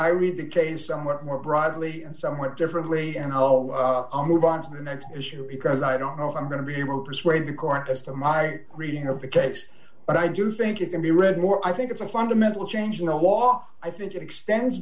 i read the case somewhat more broadly and somewhat differently and how a move on to the next issue because i don't know if i'm going to be able to persuade the court system my reading of the case but i do think it can be read more i think it's a fundamental change in the law i think it extends